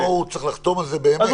פה הוא צריך לחתום על זה באמת.